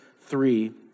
three